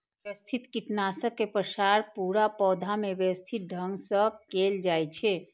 व्यवस्थित कीटनाशक के प्रसार पूरा पौधा मे व्यवस्थित ढंग सं कैल जाइ छै